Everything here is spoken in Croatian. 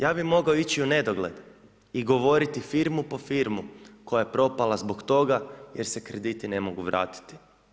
Ja bih mogao ići u nedogled i govoriti firmu po firmu koja je propala zbog toga jer se krediti ne mogu vratiti.